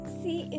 see